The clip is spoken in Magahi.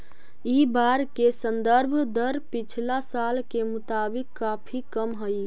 इ बार के संदर्भ दर पिछला साल के मुताबिक काफी कम हई